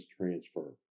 transfer